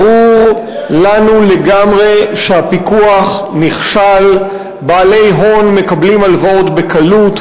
ברור לנו לגמרי שהפיקוח נכשל: בעלי הון מקבלים הלוואות בקלות,